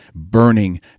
burning